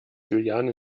juliane